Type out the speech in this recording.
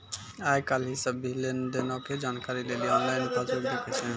आइ काल्हि सभ्भे लेन देनो के जानकारी लेली आनलाइन पासबुक देखै छै